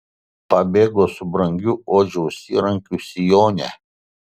pabėgo su brangiu odžiaus įrankiu sijone